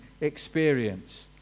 experience